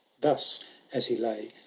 thus as he lay,